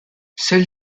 seul